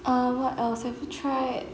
um what else have you tried